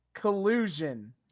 Collusion